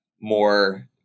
more